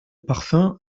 parfum